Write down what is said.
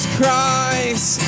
Christ